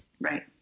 Right